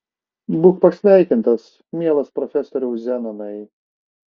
būk pasveikintas mielas profesoriau zenonai